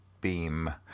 Beam